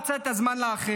הוא מצא את הזמן לאחר.